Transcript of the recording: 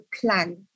plan